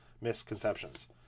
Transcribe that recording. misconceptions